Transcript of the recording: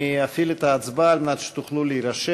אני אפעיל את ההצבעה על מנת שתוכלו להירשם.